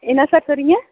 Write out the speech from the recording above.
என்ன சார் சொல்கிறீங்க